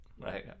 right